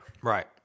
Right